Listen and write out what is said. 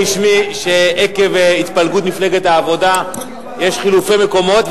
שעקב התפלגות מפלגת העבודה יש חילופי מקומות,